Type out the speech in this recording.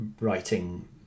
writing